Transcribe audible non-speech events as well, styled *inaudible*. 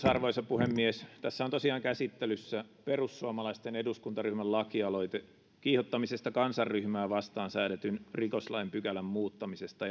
*unintelligible* arvoisa puhemies tässä on tosiaan käsittelyssä perussuomalaisten eduskuntaryhmän lakialoite kiihottamisesta kansanryhmää vastaan säädetyn rikoslain pykälän muuttamisesta *unintelligible*